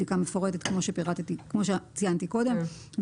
בדיקה מפורטת כמו שציינתי קודם,